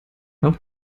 auch